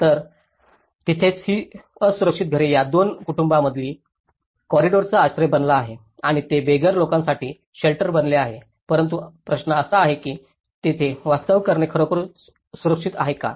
तर तिथेच ही असुरक्षित घरे हा दोन कुटुंबांमधील कॉरिडॉरचा आश्रय बनला आहे आणि ते बेघर लोकांसाठी शेल्टर बनले आहे परंतु प्रश्न असा आहे की तिथे वास्तव्य करणे खरोखर सुरक्षित आहे काय